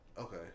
Okay